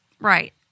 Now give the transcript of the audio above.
right